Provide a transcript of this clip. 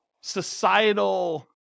societal